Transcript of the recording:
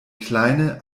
kleine